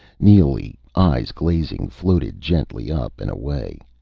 neely, eyes glazing, floated gently up and away.